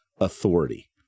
authority